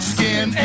Skin